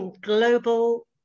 global